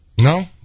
No